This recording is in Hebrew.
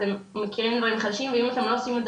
אתם מכירים דברים חדשים ואם אתם לא עושים את זה